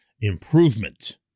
improvement